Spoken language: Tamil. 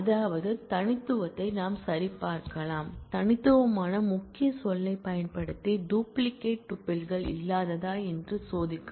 அதாவது தனித்துவத்தை நாம் சரிபார்க்கலாம் தனித்துவமான முக்கிய சொல்லைப் பயன்படுத்தி டூப்ளிகேட் டுபில்கள் இல்லாததா என்று சோதிக்கவும்